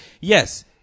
Yes